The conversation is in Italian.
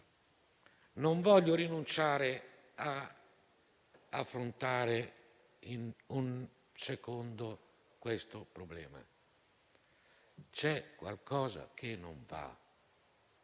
Non voglio rinunciare ad affrontare questo problema. C'è qualcosa che non va,